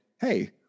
Hey